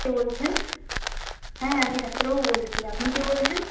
কে বলছেন হ্যাঁ আমি ডাক্তারবাবু বলছি আপনি কে বলছেন